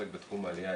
בתחום העלייה,